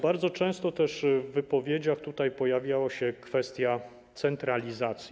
Bardzo często w wypowiedziach tutaj pojawiała się też kwestia centralizacji.